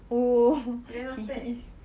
oo he is